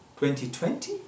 2020